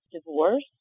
divorce